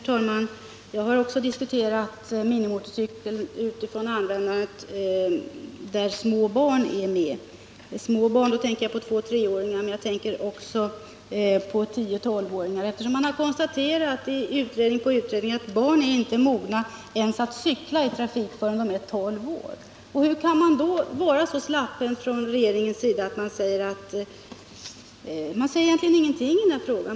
Herr talman! Också jag har diskuterat minimotorcykeln utifrån användandet i sammanhang där små barn är med. Med små barn menar jag inte bara tvåeller treåringar utan också tio-tolvåringar. Utredning efter utredning har ju konstaterat att barn inte är cykelmogna förrän de är tolv år. Hur kan man då vara så släpphänt från regeringens sida? Man säger egentligen ingenting i denna fråga.